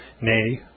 nay